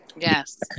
Yes